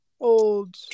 Old